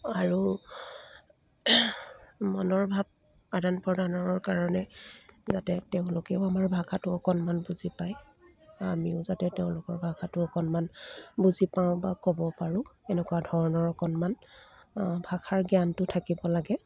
আৰু মনৰ ভাৱ আদান প্ৰদানৰৰ কাৰণে যাতে তেওঁলোকেও আমাৰ ভাষাটো অকণমান বুজি পায় আমিও যাতে তেওঁলোকৰ ভাষাটো অকণমান বুজি পাওঁ বা ক'ব পাৰোঁ এনেকুৱা ধৰণৰ অকণমান ভাষাৰ জ্ঞানটো থাকিব লাগে